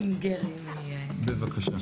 אלמו-קפיטל, בבקשה.